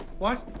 what?